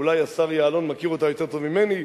אולי השר יעלון מכיר אותה יותר טוב ממני,